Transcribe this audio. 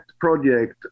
project